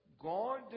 God